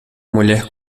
mulher